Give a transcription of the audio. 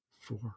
four